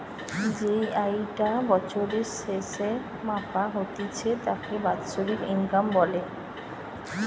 যেই আয়ি টা বছরের স্যাসে মাপা হতিছে তাকে বাৎসরিক ইনকাম বলে